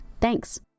Thanks